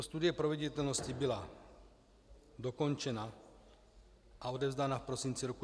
Studie proveditelnosti byla dokončena a odevzdána v prosinci roku 2013.